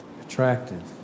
attractive